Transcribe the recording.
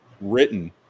written